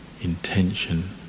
intention